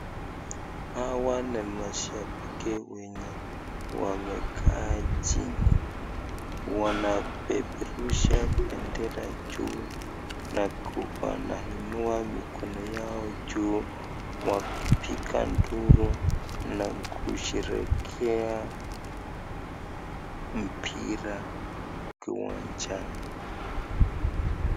Hawa ni mashabiki wenye wamekaa chini. Wanapeperusha bendera juu na wanainua mikono yao juu wakipiga nduru na kusherehekea mpira kiwanjani.